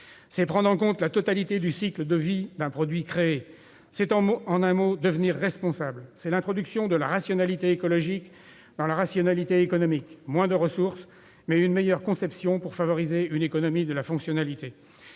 C'est prendre en compte la totalité du cycle de vie d'un produit créé. C'est, en un mot, devenir responsable. C'est l'introduction de la rationalité écologique dans la rationalité économique. Moins de ressources, mais une meilleure conception pour favoriser une économie de la fonctionnalité.